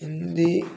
Hindi